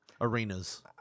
arenas